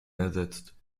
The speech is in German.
ersetzt